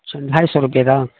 اچھا ڈھائی سو روپیے کا